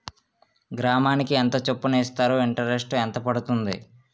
గ్రాముకి ఎంత చప్పున ఇస్తారు? ఇంటరెస్ట్ ఎంత పడుతుంది?